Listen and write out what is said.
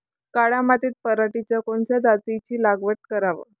काळ्या मातीत पराटीच्या कोनच्या जातीची लागवड कराव?